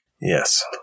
Yes